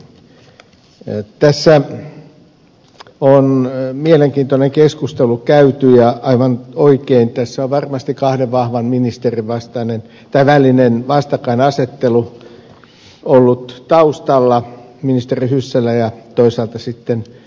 tässä on mielenkiintoinen keskustelu käyty ja aivan oikein tässä on varmasti kahden vahvan ministerin välinen vastakkainasettelu ollut taustalla ministeri hyssälän ja toisaalta sitten ministeri risikon